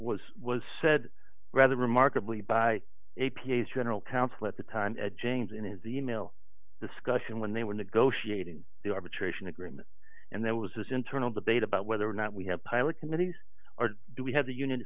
was was said rather remarkably by a p s general counsel at the time and james in his e mail discussion when they were negotiating the arbitration agreement and there was this internal debate about whether or not we have pilot committees or do we have the uni